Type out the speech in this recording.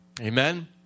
Amen